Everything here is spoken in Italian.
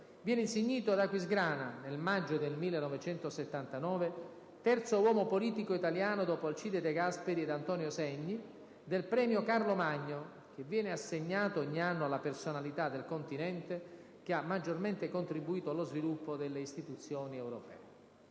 viene insignito ad Aquisgrana, nel maggio del 1979 - terzo uomo politico italiano dopo Alcide De Gasperi ed Antonio Segni - del «Premio Carlo Magno», che viene assegnato ogni anno alla personalità del continente che ha maggiormente contribuito allo sviluppo delle istituzioni europee.